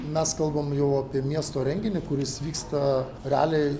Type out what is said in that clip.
mes kalbam jau apie miesto renginį kuris vyksta realiai